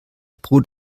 brot